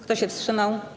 Kto się wstrzymał?